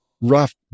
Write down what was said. rough